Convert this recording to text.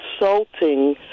insulting